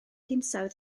hinsawdd